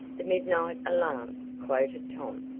the midnight alarm! quoted tom,